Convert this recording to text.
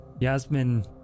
Yasmin